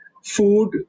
food